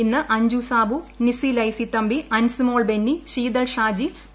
ഇദ്സ്ട് അഞ്ജു സാബു നിസ്സി ലൈസി തമ്പി അൻസുമോൾ ബെന്നിശ്രീൽൾ ഷാജി പി